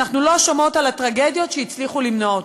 אנחנו לא שומעות על הטרגדיות שהצליחו למנוע,